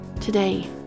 Today